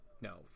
no